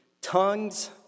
tongues